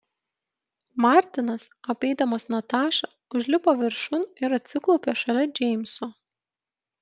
martinas apeidamas natašą užlipo viršun ir atsiklaupė šalia džeimso